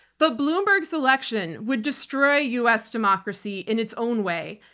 but bloomberg's election would destroy u. s. democracy in its own way.